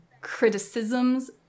criticisms